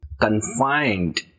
confined